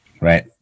Right